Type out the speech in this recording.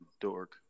dork